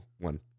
one